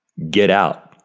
get out.